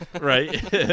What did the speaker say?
Right